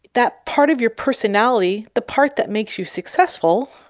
that part of your personality, the part that makes you successful,